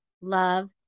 love